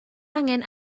angen